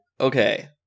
Okay